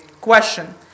Question